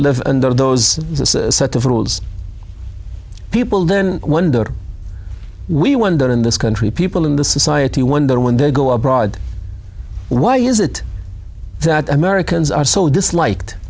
live under those set of rules people then wonder we wonder in this country people in the society wonder when they go abroad why is it that americans are so disliked